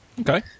Okay